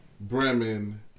Bremen